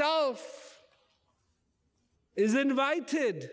of is invited